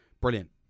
brilliant